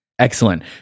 excellent